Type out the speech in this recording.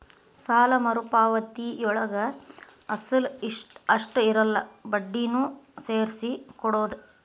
ಸಾಲ ಮರುಪಾವತಿಯೊಳಗ ಅಸಲ ಅಷ್ಟ ಇರಲ್ಲ ಬಡ್ಡಿನೂ ಸೇರ್ಸಿ ಕೊಡೋದ್